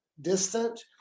distant